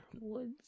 Woods